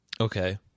Okay